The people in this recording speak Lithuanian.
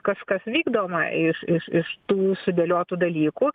kažkas vykdoma iš iš iš tų sudėliotų dalykų